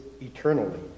eternally